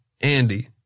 Andy